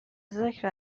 ذکر